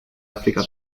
áfrica